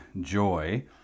Joy